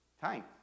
Time